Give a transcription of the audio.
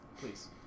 Please